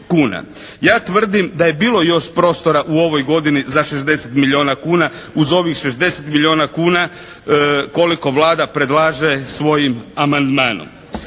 Ja tvrdim da je bilo još prostora u ovoj godini za 60 milijuna kuna uz ovih 60 milijuna kuna koliko Vlada predlaže svojim amandmanom.